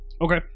Okay